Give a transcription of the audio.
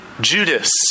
Judas